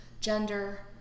gender